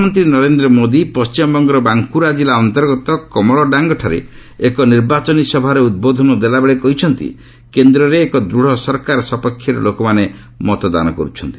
ପ୍ରଧାନମନ୍ତ୍ରୀ ନରେନ୍ଦ୍ର ମୋଦି ପଶ୍ଚିମବଙ୍ଗର ବାଙ୍କୁରା ଜିଲ୍ଲା ଅନ୍ତର୍ଗତ କମଳଡାଙ୍ଗଠାରେ ଏକ ନିର୍ବାଚନୀ ସଭାରେ ଉଦ୍ବୋଧନ ଦେବାବେଳେ କହିଛନ୍ତି କେନ୍ଦ୍ରରେ ଏକ ଦୂଢ଼ ସରକାର ସପକ୍ଷରେ ଲୋକମାନେ ମତଦାନ କରୁଛନ୍ତି